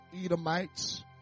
Edomites